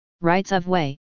rights-of-way